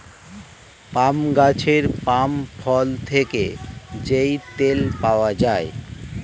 পাম গাছের পাম ফল থেকে যেই তেল পাওয়া যায়